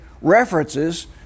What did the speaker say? references